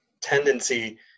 tendency